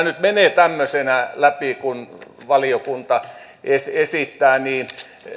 nyt menee tämmöisenä läpi kuin valiokunta esittää niin